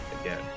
again